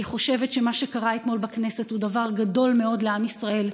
אני חושבת שמה שקרה אתמול בכנסת הוא דבר גדול מאוד לעם ישראל,